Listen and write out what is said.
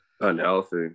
unhealthy